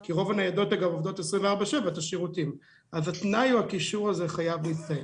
כי רוב הניידות עובדות 24/7. התנאי או הקישור הזה חייב להסתיים.